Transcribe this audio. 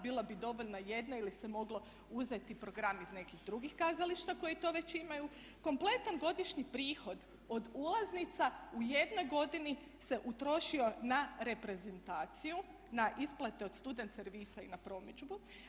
Bila bi dovoljna jedna ili se moglo uzeti program iz nekih drugih kazališta koji to već imaju, kompletan godišnji prihod od ulaznica u jednoj godini se utrošio na reprezentaciju, na isplate od student-servisa i na promidžbu.